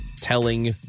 telling